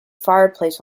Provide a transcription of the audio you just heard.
fireplace